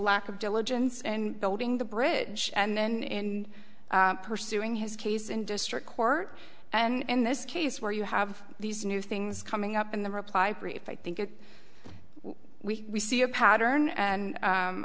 lack of diligence and building the bridge and pursuing his case in district court and in this case where you have these new things coming up in the reply brief i think it we see a pattern and